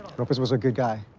lopez was a good guy.